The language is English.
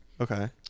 Okay